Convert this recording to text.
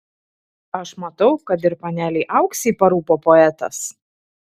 aš matau kad ir panelei auksei parūpo poetas